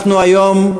אנחנו היום,